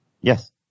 Yes